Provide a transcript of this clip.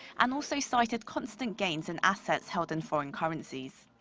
and also cited constant gains in assets held in foreign currencies.